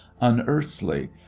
unearthly